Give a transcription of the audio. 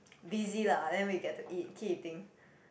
busy lah then we get to eat keep eating